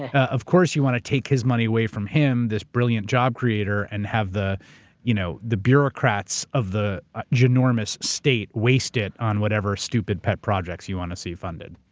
ah ah of course you want to take his money away from him, this brilliant job creator, and have the you know the bureaucrats of the ginormous state wasted on whatever stupid pet projects you want to see funded.